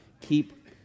keep